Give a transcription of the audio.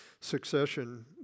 succession